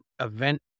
event